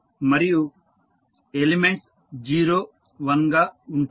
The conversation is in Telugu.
మరియు ఎలిమెంట్స్ 01 గా ఉంటాయి